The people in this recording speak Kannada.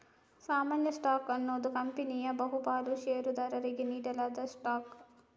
ಸಾಮಾನ್ಯ ಸ್ಟಾಕ್ ಅನ್ನುದು ಕಂಪನಿಯ ಬಹು ಪಾಲು ಷೇರುದಾರರಿಗೆ ನೀಡಲಾದ ಸ್ಟಾಕ್